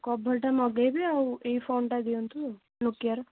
କଭରଟା ମଗାଇବେ ଆଉ ଏଇ ଫୋନ୍ଟା ଦିଅନ୍ତୁ ନୋକିଆର